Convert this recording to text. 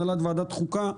הנהלת ועדת חוקה,